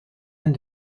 and